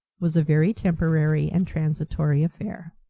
was a very temporary and transitory affair.